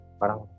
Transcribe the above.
parang